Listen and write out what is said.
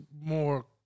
more